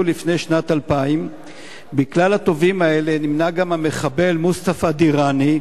לפני שנת 2000. בכלל התובעים האלה נמנה גם המחבל מוסטפא דיראני,